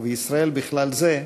ובישראל בכלל זה,